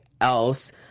else